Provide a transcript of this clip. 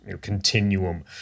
continuum